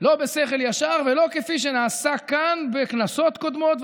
לא בשכל ישר ולא כפי שנעשה כאן בכנסות קודמות.